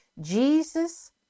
Jesus